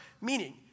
Meaning